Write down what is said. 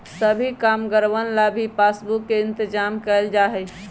सभी कामगारवन ला भी पासबुक के इन्तेजाम कइल जा हई